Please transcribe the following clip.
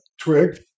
twig